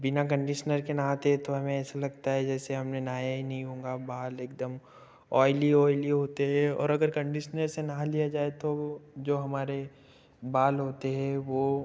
बिना कंडीसनर के नहाते हैं तो हमें ऐसा लगता है जैसे हमने नहाया ही नहीं होगा बाल एकदम ऑइली ऑइली होते हैं और अगर कंडीसनर से नहा लिया जाए तो वो जो हमारे बाल होते हैं वो